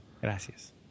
Gracias